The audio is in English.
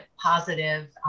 positive